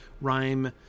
rhyme